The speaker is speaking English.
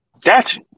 Gotcha